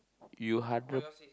you hundred